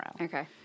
Okay